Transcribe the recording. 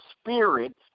spirit